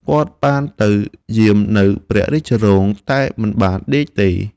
គាត់បានទៅយាមនៅព្រះរាជរោង តែមិនបានដេកទេ។